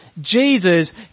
Jesus